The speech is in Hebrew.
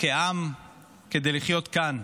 כעם כדי לחיות כאן,